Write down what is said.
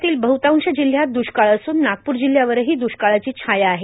राज्यातील बहतांश जिल्ह्यात द्रष्काळ असून नागपूर जिल्ह्यावरही द्रष्काळाची छाया आहे